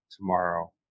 tomorrow